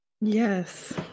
Yes